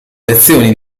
lezioni